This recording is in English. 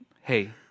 hey